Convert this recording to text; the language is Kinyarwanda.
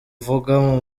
uvuga